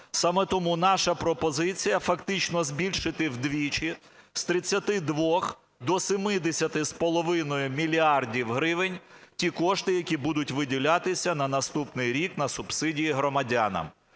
Саме тому наша пропозиція фактично збільшити вдвічі, з 32 до 70,5 мільярда гривень, ті кошти, які будуть виділятися на наступний рік на субсидії громадянам.